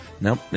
Nope